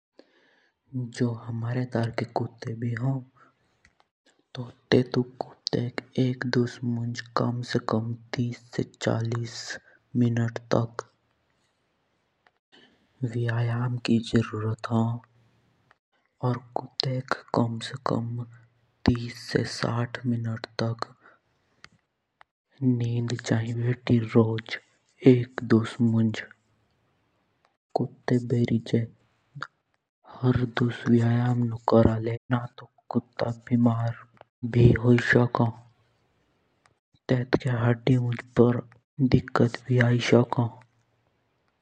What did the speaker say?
जुस ह्मारे धर्के कुत्ते भी हौं तो तेतु कुत्तेक तीस से चालीस मिनट लग व्यायाम की जरूरत हौं। ओर तेतु कुत्तेक तीस से सात मिनट लग निंद चयी भेटी। कुत्ते बेरी जो हर दस व्यायाम नु करले ना तो कुत्तेक बिमारी भी होई सकौ तेतके हाड़ी मुँज दिक्कत भी आयी सकौ।